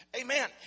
Amen